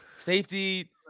safety